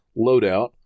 loadout